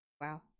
wow